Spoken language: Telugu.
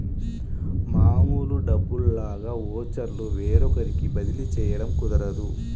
మామూలు డబ్బుల్లాగా ఓచర్లు వేరొకరికి బదిలీ చేయడం కుదరదు